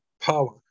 power